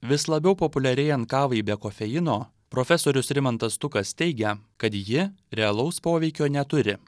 vis labiau populiarėjant kavai be kofeino profesorius rimantas stukas teigia kad ji realaus poveikio neturi